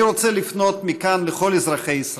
אני רוצה לפנות מכאן לכל אזרחי ישראל: